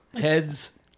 Heads